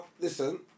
Listen